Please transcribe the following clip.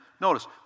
notice